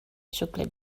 chocolate